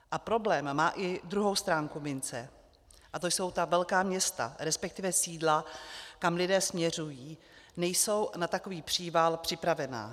A problém má i druhou stránku mince ta velká města, resp. sídla, kam lidé směřují, nejsou na takový příval připravená.